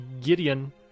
Gideon